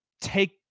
Take